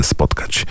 spotkać